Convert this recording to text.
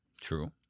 True